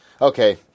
okay